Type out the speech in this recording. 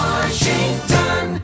Washington